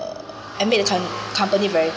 and make the com~ company very